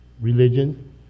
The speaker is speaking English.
religion